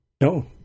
No